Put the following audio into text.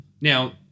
Now